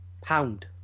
Pound